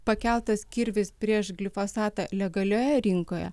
pakeltas kirvis prieš glifosatą legalioje rinkoje